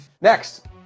Next